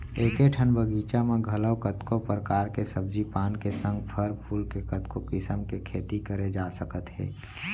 एके ठन बगीचा म घलौ कतको परकार के सब्जी पान के संग फर फूल के कतको किसम के खेती करे जा सकत हे